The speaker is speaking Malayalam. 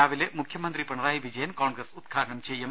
രാവിലെ മുഖ്യമന്ത്രി പിണറായി വിജയൻ കോൺഗ്രസ് ഉദ്ഘാ ടനം ചെയ്യും